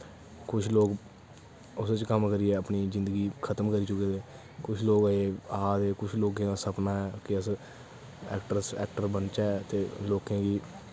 कुछ लोग उस च कम्म करिया अपनी जिन्गी खत्म करी चुकी दे कुछ लोग आखदे कुछ लोगें दा सपना ऐ कि ऐक्ट्रस ऐक्टर बनचै ते लोकें गी